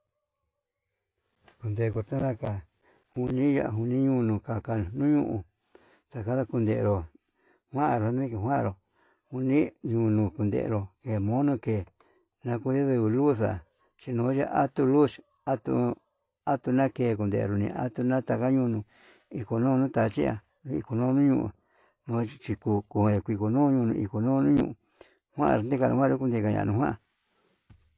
Undenguu tanaka uni añiunuu, kaniu taka kunderu kuanro nii kuanru kuni unu kundero, ndemoni ke'e nakue nuduxa chinuu ya'a atuu luu, atuu atuu naken kunde lule atunaku nakada ñiun ikonuu nutachi, ya'a nikunu nuu niu nuu chiko'o ko'o ikoñunu ijoño nuñuu kuan ndika nakanru ndikanu kuan.